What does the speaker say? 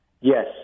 Yes